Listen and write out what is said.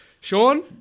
Sean